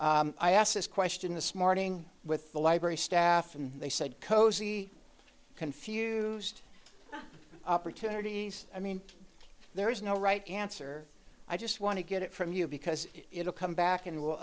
there i asked this question this morning with the library staff and they said cozy confused opportunities i mean there is no right answer i just want to get it from you because it'll come back and will